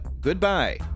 Goodbye